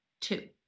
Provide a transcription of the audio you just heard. two